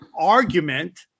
argument